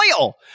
oil